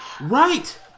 Right